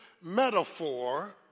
metaphor